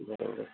બીજું કરાવું છે